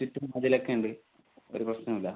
ചുറ്റും മതിൽ ഒക്കെ ഉണ്ട് ഒരു പ്രശ്നം ഇല്ല